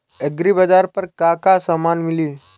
एग्रीबाजार पर का का समान मिली?